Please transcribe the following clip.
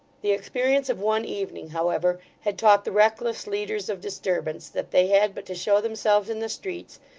the experience of one evening, however, had taught the reckless leaders of disturbance, that they had but to show themselves in the streets,